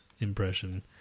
impression